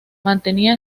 mantenía